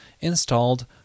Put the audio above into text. installed